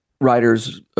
writers